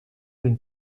d’une